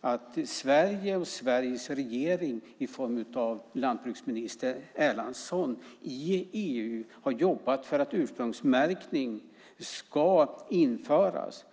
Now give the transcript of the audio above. att Sverige och Sveriges regering i form av landsbygdsminister Erlandsson i EU har jobbat för att ursprungsmärkning ska införas.